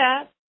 up